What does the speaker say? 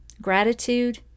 gratitude